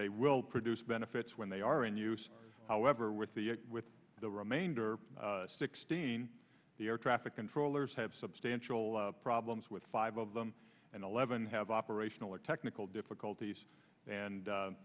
they will produce benefits when they are in use however with the with the remainder sixteen the air traffic controllers have substantial problems with five of them and eleven have operational or technical difficulties and